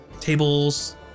tables